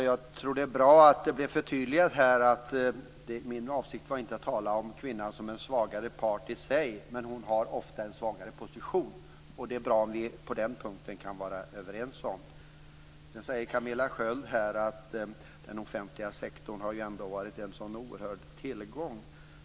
Fru talman! Det är bra att det blev förtydligat att min avsikt inte var att tala om kvinnan som en svagare part i sig. Men hon har ofta en svagare position. Det är bra om vi kan vara överens på den punkten. Camilla Sköld säger att den offentliga sektorn har varit en så oerhörd tillgång.